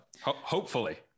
hopefully-